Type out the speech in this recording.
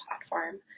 platform